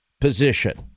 position